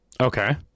okay